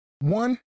One